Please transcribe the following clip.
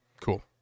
Cool